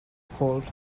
fault